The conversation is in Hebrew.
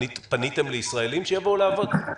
פניתם לישראלים שיבואו לעבוד?